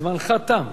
זמנך תם.